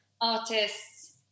artists